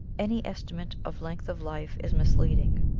any estimate of length of life is misleading,